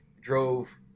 drove